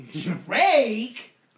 Drake